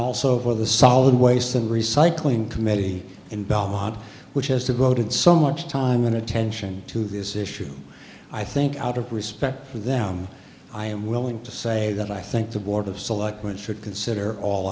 also for the solid waste and recycling committee in belmont which has devoted so much time and attention to this issue i think out of respect for them i am willing to say that i think the board of selectmen should consider all